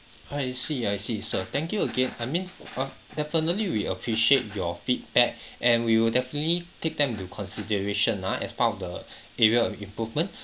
I see I see sir thank you again I mean uh definitely we appreciate your feedback and we will definitely take them into consideration ah as part of the area of improvement